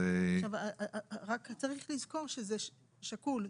צריך לזכור שזה שקול.